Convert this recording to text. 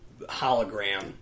hologram